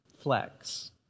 flex